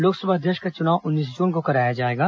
लोकसभा अध्यक्ष का चुनाव उन्नीस जून को कराया जाएगा